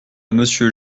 monsieur